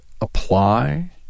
apply